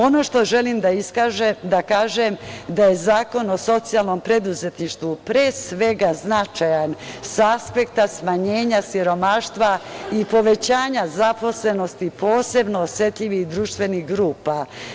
Ono što želim da kažem je da je Zakon o socijalnom preduzetništvu značajan sa aspekta smanjenja siromaštva i povećanja zaposlenosti posebno osetljivih društvenih grupa.